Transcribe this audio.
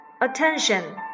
attention